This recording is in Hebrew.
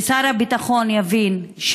ושר הביטחון יבין,